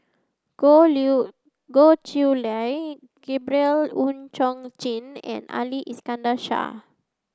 Goh Goh Chiew Lye Gabriel Oon Chong Jin and Ali Iskandar Shah